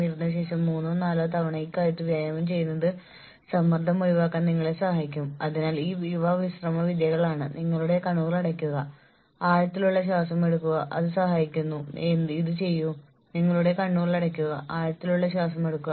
അതിനാൽ നിങ്ങൾ ഉത്തരവാദിത്തങ്ങളുടെ വ്യാപ്തി വർദ്ധിപ്പിക്കുമ്പോൾ വ്യത്യസ്ത ജോലികൾക്കായി നിങ്ങൾ വ്യത്യസ്ത ആളുകൾക്ക് നൽകുന്ന ശമ്പളത്തിന്റെ പരിധി വർദ്ധിപ്പിക്കുക